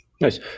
nice